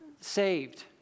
saved